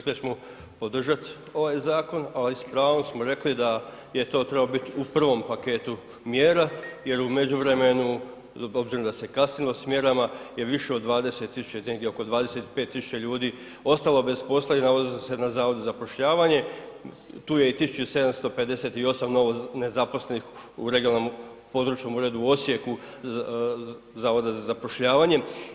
Kolega Šimić i ja i mi iz HSS-a … podržati ovaj zakon, ali s pravom smo rekli da je to trebao biti u prvom paketu mjera jer u međuvremenu obzirom da se kasnilo s mjerama je više od 20.000 negdje oko 25.000 ljudi ostalo bez posla i nalazi se na Zavodu za zapošljavanje, tu je i 1.758 novo nezaposlenih u regionalnom Područnom uredu u Osijeku Zavoda za zapošljavanje.